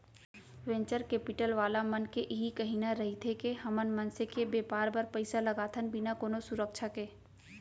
venture capital वाला मन के इही कहिना रहिथे के हमन मनसे के बेपार बर पइसा लगाथन बिना कोनो सुरक्छा के